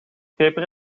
peper